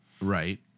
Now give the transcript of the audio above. Right